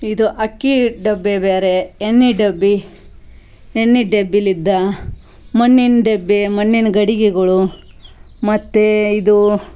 ಇದು ಅಕ್ಕಿ ಡಬ್ಬಿ ಬೇರೆ ಎಣ್ಣೆ ಡಬ್ಬಿ ಎಣ್ಣೆ ಡಬ್ಬಿಲಿದ್ದ ಮಣ್ಣಿನ ಡಬ್ಬಿ ಮಣ್ಣಿನ ಗಡಿಗೆಗಳು ಮತ್ತು ಇದು